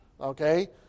Okay